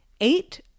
eight